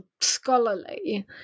scholarly